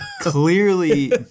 Clearly